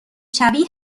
شبیه